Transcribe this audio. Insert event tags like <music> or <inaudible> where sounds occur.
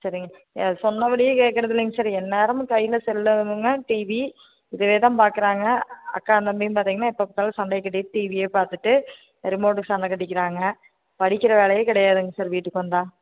சரிங்க சொன்னபடியே கேட்குறதில்லைங்க சார் எந்நேரமும் கையில் செல்லை <unintelligible> டிவி இதே தான் பார்க்குறாங்க அக்காவும் தம்பியும் பார்த்திங்கன்னா எப்போ பார்த்தாலும் சண்டயை கண்டிட்டு டிவியே பார்த்துட்டு ரிமோட்டுக்கு சண்டக் கட்டிக்கிறாங்க படிக்கிற வேலையே கிடையாதுங்க சார் வீட்டுக்கு வந்தால்